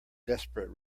desperate